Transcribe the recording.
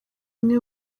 imwe